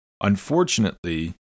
unfortunately